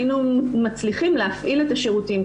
היינו מצליחים להפעיל את השירותים,